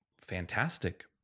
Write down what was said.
fantastic